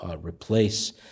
replace